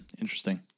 interesting